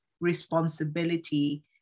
responsibility